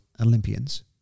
Olympians